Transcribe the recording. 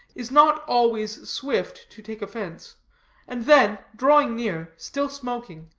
is not always swift to take offense and then, drawing near, still smoking,